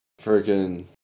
Freaking